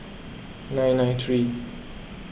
nine nine three